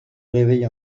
réveille